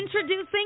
Introducing